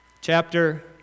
chapter